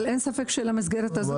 אבל אין ספק שהמסגרת הזאת,